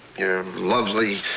lovely,